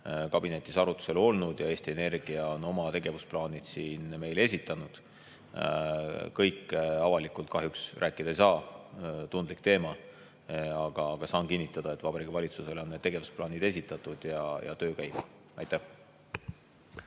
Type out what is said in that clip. kabinetis arutusel olnud. Eesti Energia on oma tegevusplaanid meile esitanud. Kõike avalikult kahjuks rääkida ei saa, see on tundlik teema. Aga saan kinnitada, et Vabariigi Valitsusele on need tegevusplaanid esitatud ja töö käib. Alar